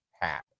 hat